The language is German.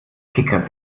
kicker